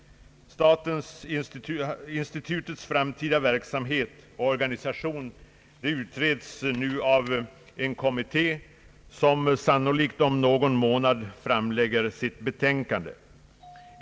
Institutets framtida verksamhet och organisation utreds nu av en kommitté som sannolikt om någon månad framlägger sitt betänkande.